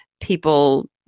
people